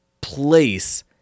place